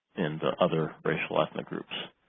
in the other racial ethnic groups.